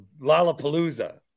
Lollapalooza